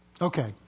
Okay